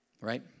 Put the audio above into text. right